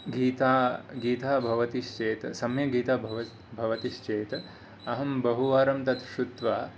गीता गीता भवति श्चेत् सम्यक् गीता भवतिश्चेत् अहं बहु वारं तत् श्रुत्वा